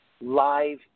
live